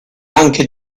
anche